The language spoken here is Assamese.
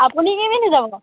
আপুনি কি পিন্ধি যাব